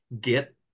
get